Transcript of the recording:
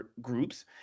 groups